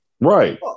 Right